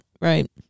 right